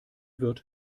wird